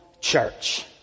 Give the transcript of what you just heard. church